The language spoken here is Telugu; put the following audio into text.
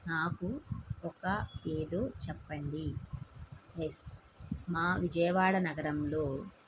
నాకు ఒక ఏదో చెప్పండి ఎస్ మా విజయవాడ నగరంలో